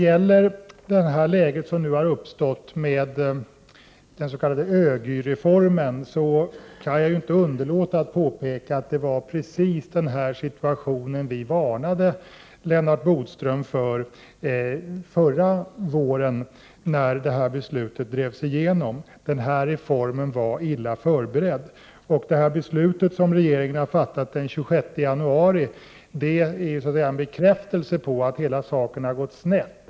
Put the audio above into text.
I det läge som nu har uppstått med den s.k. ÖGY-reformen kan jag inte underlåta att påpeka att det var precis denna situation vi varnade Lennart Bodström för förra våren när beslutet drevs igenom. Reformen var illa förberedd. Det beslut regeringen fattade den 26 januari är så att säga en 87 bekräftelse på att hela saken har gått snett.